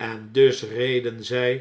en dusreden zg